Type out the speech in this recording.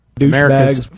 America's